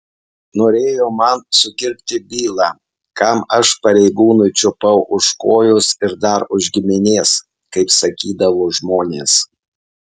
norėjo man sukirpti bylą kam aš pareigūnui čiupau už kojos ir dar už giminės kaip sakydavo žmonės